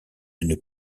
une